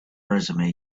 resume